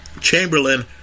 Chamberlain